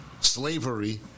slavery